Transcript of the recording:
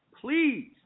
please